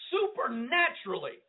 supernaturally